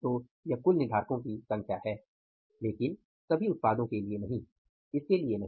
तो यह कुल निर्धारको की संख्या है लेकिन सभी उत्पादों के लिए नहीं इसके लिए नहीं